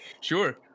sure